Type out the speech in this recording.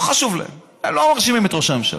זה לא חשוב להם, הם לא מרשימים את ראש הממשלה.